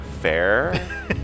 fair